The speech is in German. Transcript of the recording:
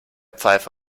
pfeife